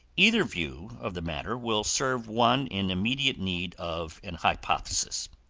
either view of the matter will serve one in immediate need of an hypothesis.